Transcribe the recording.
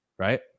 Right